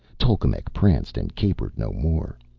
tolkemec pranced and capered no more.